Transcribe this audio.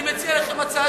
אני מציע לכם הצעה,